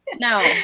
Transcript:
No